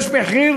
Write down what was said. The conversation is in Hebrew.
יש מחיר